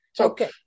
Okay